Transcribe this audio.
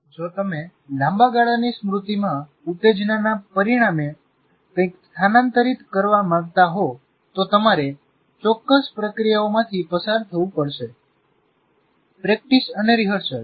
જો તમે લાંબા ગાળાની સ્મૃતિમાં ઉત્તેજનાના પરિણામે કંઇક સ્થાનાંતરિત કરવા માંગતા હો તો તમારે ચોક્કસ પ્રક્રિયાઓમાંથી પસાર થવું પડશે પ્રેક્ટિસ અને રિહર્સલ